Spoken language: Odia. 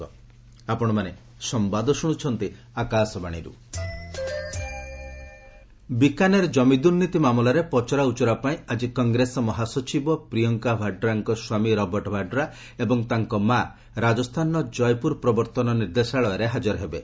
ଇଡି ବାଡ୍ରା ବିକାନେର କମି ଦୂର୍ନୀତି ମାମଲାରେ ପଚରା ଉଚରା ପାଇଁ ଆଜି କଂଗ୍ରେସ ମହାସଚିବ ପ୍ରିୟଙ୍କା ଭାଡ୍ରାଙ୍କ ସ୍ୱାମୀ ରବର୍ଟ ଭାଡ୍ରା ଏବଂ ତାଙ୍କ ମା' ରାଜସ୍ଥାନର କୟପୁର ପ୍ରବର୍ତ୍ତନ ନିର୍ଦ୍ଦେଶାଳୟରେ ହାକର ହେବେ